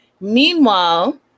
Meanwhile